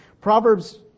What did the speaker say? Proverbs